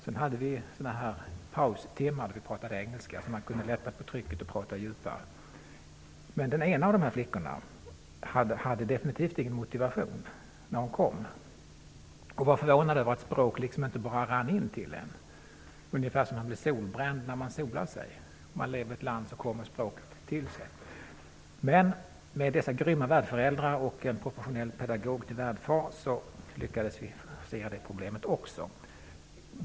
Sedan hade vi en paustimma då vi talade engelska, så att de kunde lätta på trycket och prata djupare. Den ena av dessa flickor hade definitivt ingen motivation när hon kom. Hon var förvånad över att språk inte bara rann in till henne, ungefär som att man bli solbränd när man solar sig, dvs. om man lever i ett land så kommer språket. Men med dessa grymma värdföräldrar och en professionell pedagog till värdfar lyckades vi forcera också detta problem.